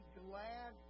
glad